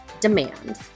demand